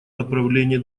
направлении